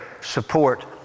support